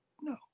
No